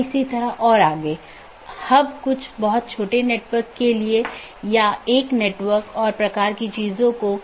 तो इस तरह से मैनाजैबिलिटी बहुत हो सकती है या स्केलेबिलिटी सुगम हो जाती है